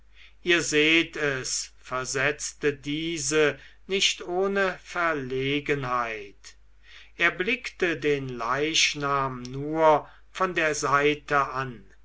ihr seht es versetzte diese nicht ohne verlegenheit er blickte den leichnam nur von der seite an